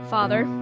Father